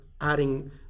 adding